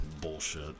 bullshit